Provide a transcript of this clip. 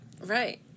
Right